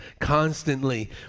constantly